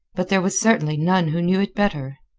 but there was certainly none who knew it better.